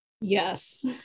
Yes